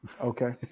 Okay